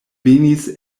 venis